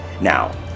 Now